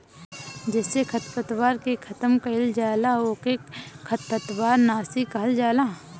जेसे खरपतवार के खतम कइल जाला ओके खरपतवार नाशी कहल जाला